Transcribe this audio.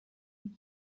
die